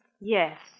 Yes